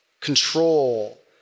control